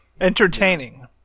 entertaining